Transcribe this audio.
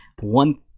one